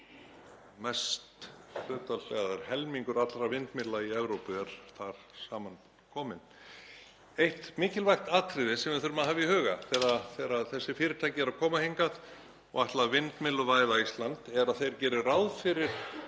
Bretlandi er helmingur allra vindmyllna í Evrópu saman kominn. Eitt mikilvægt atriði sem við þurfum að hafa í huga þegar þessi fyrirtæki eru að koma hingað og ætla að vindmylluvæða Ísland er að þau geri ráð fyrir